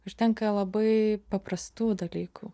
užtenka labai paprastų dalykų